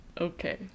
Okay